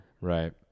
right